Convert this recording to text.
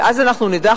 ואז אנחנו נדע,